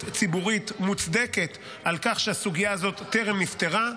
ציבורית מוצדקת על כך שהסוגיה הזאת טרם נפתרה,